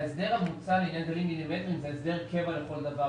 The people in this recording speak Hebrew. ההסדר המוצע על ידי גלים מילימטריים הוא סדר קבע לכל דבר.